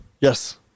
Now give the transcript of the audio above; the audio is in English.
Yes